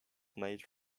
made